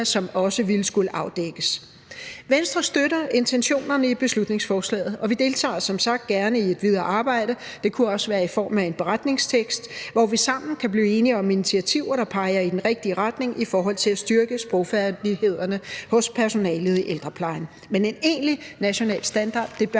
som også ville skulle afdækkes. Venstre støtter intentionerne i beslutningsforslaget, og vi deltager som sagt gerne i et videre arbejde. Det kunne også være i form af en beretning, hvor vi sammen kunne blive enige om initiativer, der peger i den rigtige retning i forhold til at styrke sprogfærdighederne hos personalet i ældreplejen. Men en egentlig national standard bakker